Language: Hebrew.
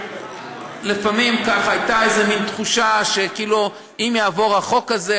לפעמים הייתה מין תחושה שאם יעבור החוק הזה,